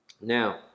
Now